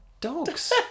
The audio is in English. dogs